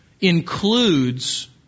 includes